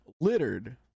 littered